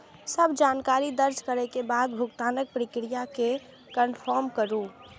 सब जानकारी दर्ज करै के बाद भुगतानक प्रक्रिया कें कंफर्म करू